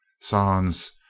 sans